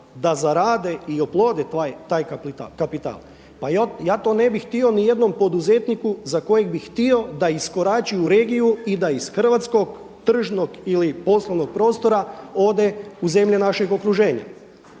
da zarade i oplode taj kapital. Pa ja to ne bih htio nijednom poduzetniku za kojeg bi htio da iskorači u regiju i da iz hrvatskog tržnog ili poslovnog prostora ode u zemlje našeg okruženja.